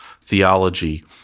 theology